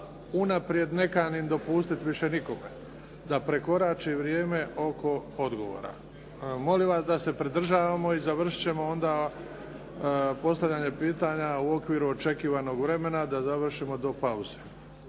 unaprijed ne kanim dopustit više nikome da prekorači vrijeme oko odgovora. Molim vas da se pridržavamo i završit ćemo onda postavljanje pitanje u okviru očekivanog vremena da završimo do pauze.